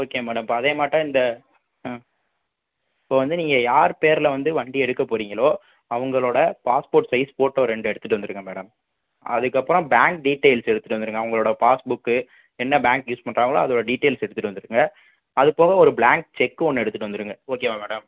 okay madam இப்போ அதேமாட்ட இந்த இப்போது வந்து நீங்கள் யார் பேரில் வந்து வண்டி எடுக்க போறீங்களோ அவங்களோட பாஸ்போர்ட் சைஸ் போட்டோ ரெண்டு எடுத்துகிட்டு வந்துருங்க மேடம் அதுக்கு அப்புறம் பேங்க் டீடெயில்ஸ் எடுத்துகிட்டு வந்துருங்க அவங்களோட பாஸ்புக் என்ன பேங்க் யூஸ் பண்ணுறாங்களோ அதோட டீடெயில்ஸ் எடுத்துகிட்டு வந்துருங்க அது போக ஒரு பிளாங்க் செக் ஒன்று எடுத்துகிட்டு வந்துருங்க ஓகேவா மேடம்